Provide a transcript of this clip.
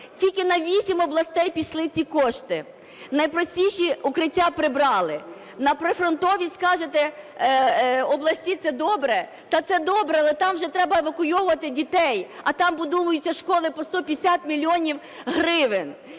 Тільки на 8 областей пішли ці кошти. Найпростіші укриття прибрали. На прифронтові, скажете, області це добре. Та це добре, але там вже треба евакуйовувати дітей, а там будуються школи по 150 мільйонів